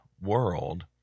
world